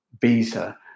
visa